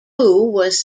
was